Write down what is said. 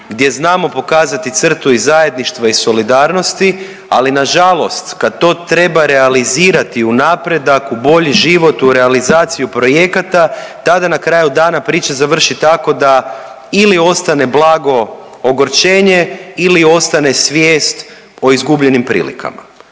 gdje znamo pokazati crtu i zajedništva i solidarnosti, ali nažalost kad to treba realizirati u napredak, u bolji život, u realizaciju projekata tada na kraju dana priča završi tako da ili ostane blago ogorčenje ili ostane svijest o izgubljenim prilikama.